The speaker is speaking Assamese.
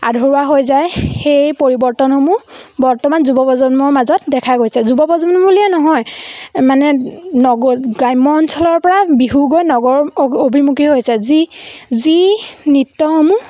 আধৰুৱা হৈ যায় সেই পৰিৱৰ্তনসমূহ বৰ্তমান যুৱ প্ৰজন্মৰ মাজত দেখা গৈছে যুৱ প্ৰজন্ম বুলিয়ে নহয় মানে গ্ৰাম্য অঞ্চলৰপৰা বিহু গৈ নগৰ অভিমুখী হৈছে যি যি নৃত্যসমূহ